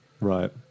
Right